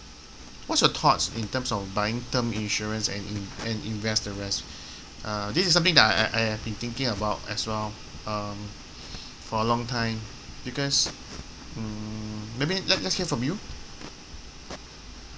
what's your thoughts in terms of buying term insurance and in~ and invest the rest uh this is something that I I I have been thinking about as well um for a long time because mm maybe le~ let's say from you